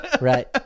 right